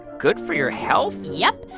good for your health? yup.